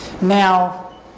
Now